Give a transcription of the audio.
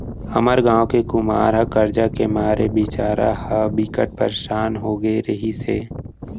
हमर गांव के कुमार ह करजा के मारे बिचारा ह बिकट परसान हो गे रिहिस हे